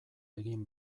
egin